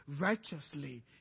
righteously